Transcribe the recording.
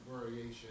variation